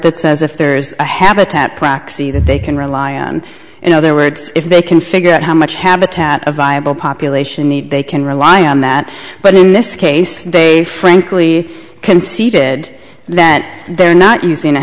that says if there's a habitat proxy that they can rely on in other words if they can figure out how much habitat a viable population need they can rely on that but in this case they frankly conceded that they're not using a